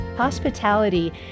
Hospitality